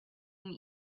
and